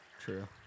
True